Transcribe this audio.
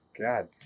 god